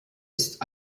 ist